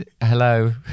Hello